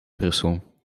brussel